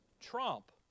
trump